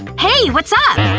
hey, what's up?